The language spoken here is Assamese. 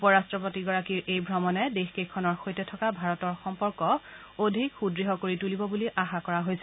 উপ ৰট্টপতিগৰাকীৰ এই ভ্ৰমণে দেশ কেইখনৰ সৈতে থকা ভাৰতৰ সম্পৰ্ক অধিক সুদঢ় কৰি তুলিব বুলি আশা কৰা হৈছে